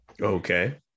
Okay